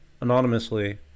anonymously